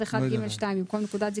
הסתייגות הבאה, בבקשה.